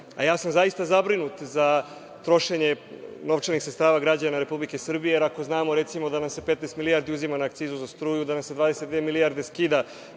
sam zabrinut za trošenje novčanih sredstava građana Republike Srbije, jer ako znamo, recimo da nam se 15 milijardi uzima na akcizu za struju, da nam se 22 milijarde skida